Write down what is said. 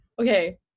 Okay